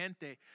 gente